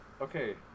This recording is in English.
Okay